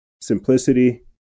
simplicity